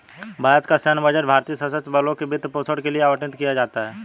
भारत का सैन्य बजट भारतीय सशस्त्र बलों के वित्त पोषण के लिए आवंटित किया जाता है